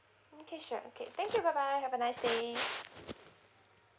okay sure okay thank you bye bye have a nice day